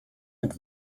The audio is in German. mit